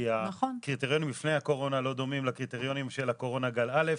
כי הקריטריונים לפני הקורונה לא דומים לקריטריונים של הקורונה גל א',